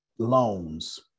loans